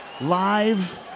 live